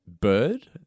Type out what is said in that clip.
bird